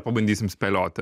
pabandysim spėlioti